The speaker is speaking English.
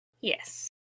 Yes